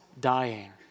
dying